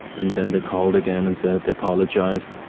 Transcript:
and then they called again and said they apologized,